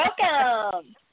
Welcome